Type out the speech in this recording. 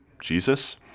Jesus